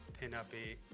pinup-y.